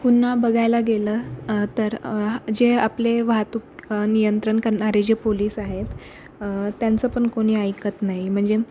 पुन्हा बघायला गेलं तर जे आपले वाहतूक नियंत्रण करणारे जे पोलिस आहेत त्यांचं पण कोणी ऐकत नाही म्हणजे